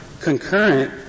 concurrent